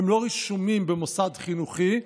הם לא רשומים במוסד חינוכי,